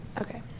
Okay